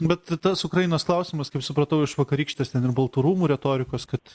bet tas ukrainos klausimas kaip supratau iš vakarykštės ten ir baltų rūmų retorikos kad